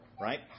right